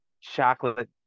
chocolate